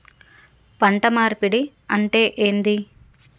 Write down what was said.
పంట మార్పిడి అంటే ఏంది?